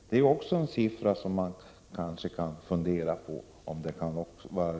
Man kan fundera över om denna siffra också är riktig.